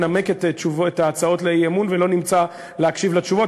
מנמק את הצעות האי-אמון ולא נמצא להקשיב לתשובות.